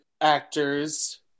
actors